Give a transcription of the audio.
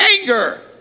anger